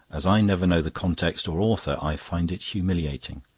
as i never know the context or author, i find it humiliating.